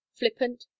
flippant